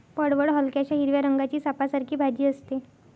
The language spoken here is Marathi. पडवळ हलक्याशा हिरव्या रंगाची सापासारखी भाजी असते